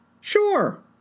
Sure